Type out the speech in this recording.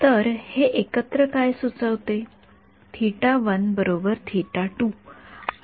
तर हे एकत्र काय सुचविते आणि बरोबर